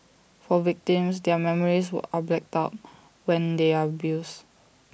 for victims their memories are blacked out when they are abused